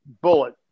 bullet